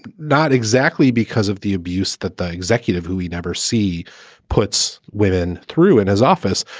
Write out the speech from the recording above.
but not exactly because of the abuse that the executive who we never see puts women through in his office.